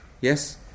yes